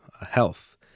health